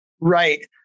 Right